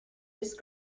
just